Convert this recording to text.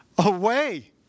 away